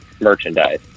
merchandise